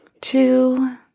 two